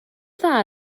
dda